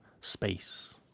space